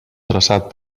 traçat